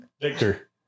Victor